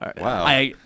Wow